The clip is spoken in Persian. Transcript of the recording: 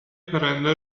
پرنده